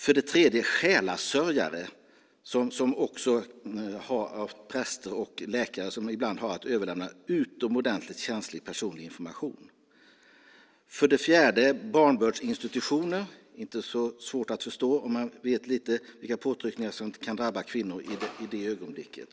För det tredje ska det även gälla själasörjare, präster och läkare som ibland har att överlämna utomordentligt känslig personlig information. För det fjärde ska det gälla barnbördsinstitutioner - inte så svårt att förstå om man vet lite om vilka påtryckningar som kan drabba kvinnor i det ögonblicket.